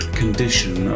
condition